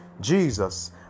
jesus